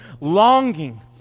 longing